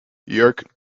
york